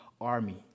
army